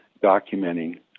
documenting